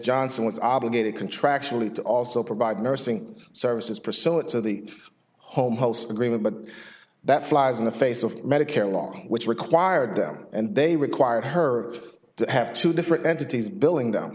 johnson was obligated contractually to also provide nursing services priscilla to the home agreement but that flies in the face of medicare long which required them and they required her to have two different entities billing